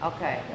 Okay